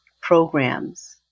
programs